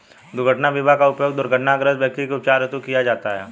दुर्घटना बीमा का उपयोग दुर्घटनाग्रस्त व्यक्ति के उपचार हेतु किया जाता है